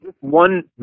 One